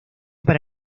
para